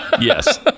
Yes